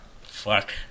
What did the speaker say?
Fuck